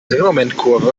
drehmomentkurve